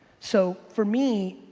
so, for me,